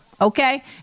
okay